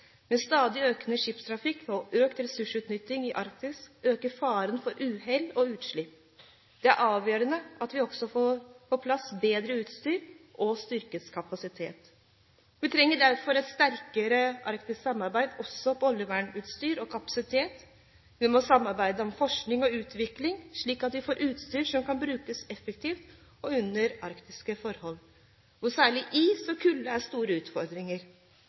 Med stadig økende skipstrafikk og økt ressursutnytting i Arktis øker faren for uhell og utslipp. Det er avgjørende at vi også får på plass bedre utstyr og styrket kapasitet. Vi trenger derfor et sterkere arktisk samarbeid om oljevernutstyr og kapasitet. Vi må også samarbeide om forskning og utvikling, slik at vi får utstyr som kan brukes effektivt under arktiske forhold, hvor særlig is og kulde er store utfordringer.